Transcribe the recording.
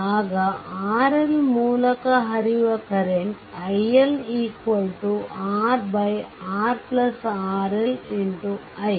ಆಗ RL ಮೂಲಕ ಹರಿಯುವ current iL R RRL i